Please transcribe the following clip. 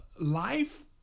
life